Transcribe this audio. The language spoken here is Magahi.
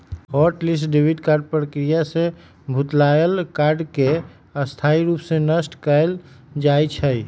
हॉट लिस्ट डेबिट कार्ड प्रक्रिया से भुतलायल कार्ड के स्थाई रूप से नष्ट कएल जाइ छइ